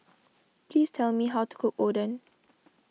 please tell me how to cook Oden